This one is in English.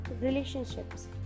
relationships